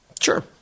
Sure